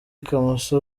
kamoso